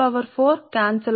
కాబట్టి రద్దు అవుతుంది